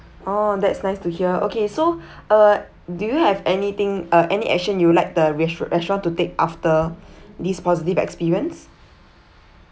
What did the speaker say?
oh that's nice to hear okay so uh do you have anything uh any action you would like the restaurant restaurant to take after this positive experience